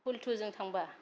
हलथुजों थांबा